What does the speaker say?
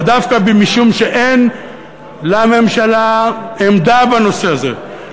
ודווקא משום שאין לממשלה עמדה בנושא הזה,